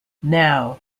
now